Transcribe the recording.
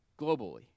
globally